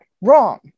wrong